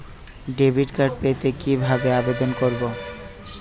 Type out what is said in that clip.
Debit card পেতে কি ভাবে আবেদন করব?